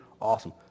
Awesome